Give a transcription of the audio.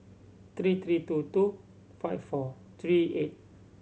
three three two two five four three eight